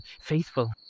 faithful